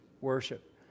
worship